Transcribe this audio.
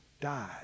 Died